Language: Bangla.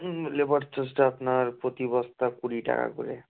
হুম হুম লেবার চার্জটা আপনার প্রতি বস্তা কুড়ি টাকা করে